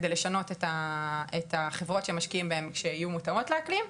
על מנת לשנות את החברות שמשקיעים בהן שיהיו מותאמות לאקלים,